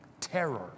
Terror